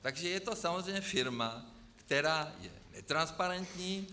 Takže je to samozřejmě firma, která je transparentní.